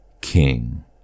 king